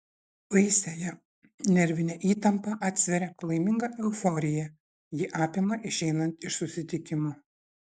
baisiąją nervinę įtampą atsveria palaiminga euforija ji apima išeinant iš susitikimo